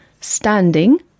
Standing